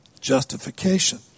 Justification